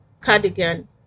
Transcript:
Cardigan